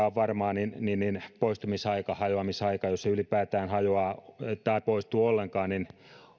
on varmaa on se että poistumisaika hajoamisaika jos se ylipäätään poistuu ollenkaan